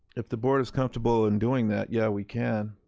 if the board is comfortable in doing that, yeah, we can.